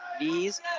knees